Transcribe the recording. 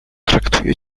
traktuję